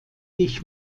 dich